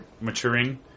maturing